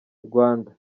rwanda